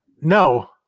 no